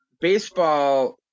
baseball